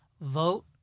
Vote